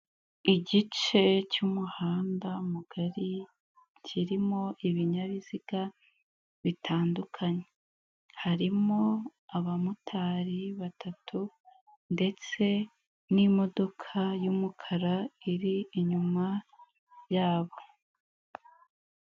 Igice cy'umuhanda mugari kirimo ibinyabiziga bitandukanye, harimo abamotari batatu, ndetse n'imodoka y'umukara iri inyuma yabo.